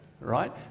right